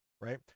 right